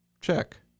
Check